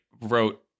wrote